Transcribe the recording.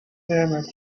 murmured